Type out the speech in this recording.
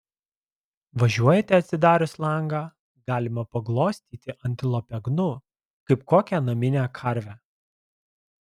važiuojate atsidarius langą galima paglostyti antilopę gnu kaip kokią naminę karvę